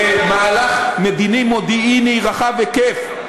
במהלך מדיני מודיעיני רחב היקף,